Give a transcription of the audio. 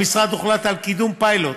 במשרד הוחלט על קידום פיילוט